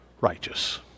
righteous